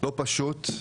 לא פשוט,